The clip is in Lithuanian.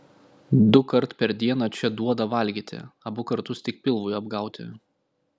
dukart per dieną čia duoda valgyti abu kartus tik pilvui apgauti